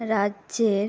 রাজ্যের